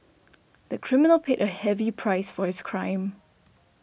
the criminal paid a heavy price for his crime